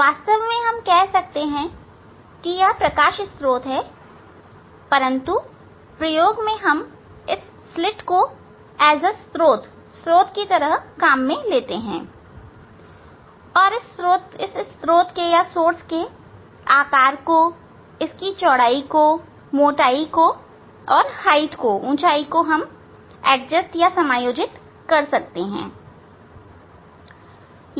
वास्तव में हम कहते हैं कि यह प्रकाश स्त्रोत है परंतु प्रयोग में हम इस स्लिट को स्त्रोत लेते हैं और इस स्त्रोत का आकार स्रोत की चौड़ाई और स्त्रोत की मोटाई तथा ऊंचाई एडजस्ट कर सकते हैं